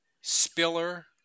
Spiller